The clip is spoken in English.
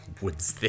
Woods